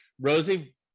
Rosie